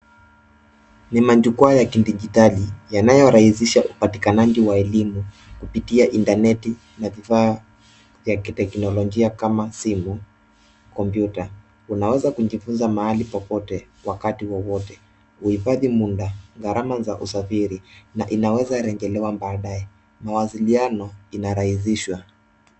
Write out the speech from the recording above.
Ni majukwaa ya kidijitali yanayorahisisha upatikanaji wa elimu kupitia itaneti na vifaa vya kiteknolojia kama simu, kompyuta. Unaweza kujifunza mahali popote wakati wowote. Uhifadhi muda, gharama za usafiri na inaweza rejelewa baadae. Mawasiliano inarahisishwa.